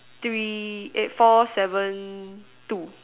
three eh four seven two